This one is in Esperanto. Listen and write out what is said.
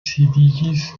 sidiĝis